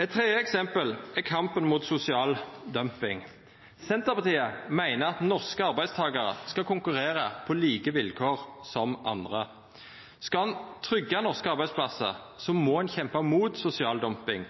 Eit tredje eksempel er kampen mot sosial dumping. Senterpartiet meiner at norske arbeidstakarar skal konkurrera på like vilkår som andre. Skal ein tryggja norske arbeidsplassar, må ein kjempa mot sosial dumping.